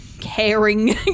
caring